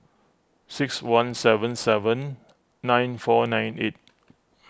six one seven seven nine four nine eight